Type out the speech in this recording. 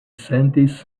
sentis